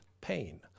pain